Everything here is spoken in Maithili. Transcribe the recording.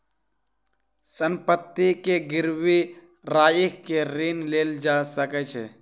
संपत्ति के गिरवी राइख के ऋण लेल जा सकै छै